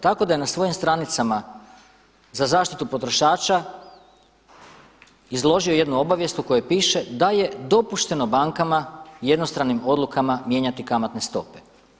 Tako da je na svojim stranicama za zaštitu potrošača izložio jednu obavijest u kojoj piše da je dopušteno bankama jednostranim odlukama mijenjati kamatne stope.